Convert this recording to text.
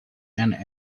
and